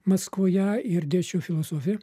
maskvoje ir dėsčiau filosofiją